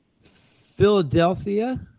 Philadelphia